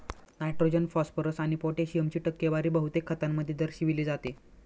nitrogen, phosphorus आणि पोटॅशियमची टक्केवारी बहुतेक खतांमध्ये दर्शविली जाते